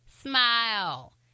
Smile